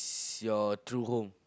your true home